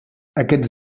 aquests